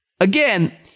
again